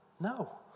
No